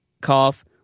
cough